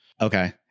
okay